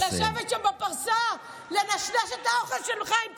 לשבת שם בפרסה, לנשנש את האוכל של חיים כהן,